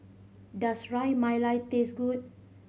does Ras Malai taste good